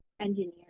engineer